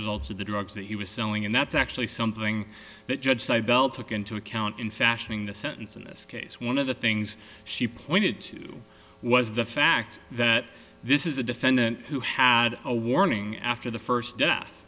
result of the drugs that he was selling and that's actually something that judge sidel took into account in fashioning the sentence in this case one of the things she pointed to was the fact that this is a defendant who had a warning after the first death